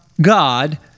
God